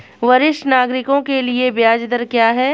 वरिष्ठ नागरिकों के लिए ब्याज दर क्या हैं?